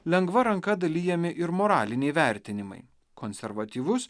lengva ranka dalijami ir moraliniai vertinimai konservatyvus